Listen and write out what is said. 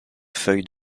feuilles